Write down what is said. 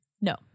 No